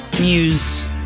Muse